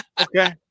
Okay